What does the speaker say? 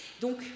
Donc